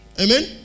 Amen